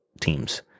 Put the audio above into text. teams